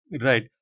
Right